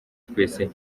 twese